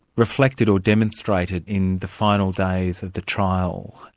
reflected or demonstrated in the final days of the trial.